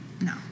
No